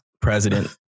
president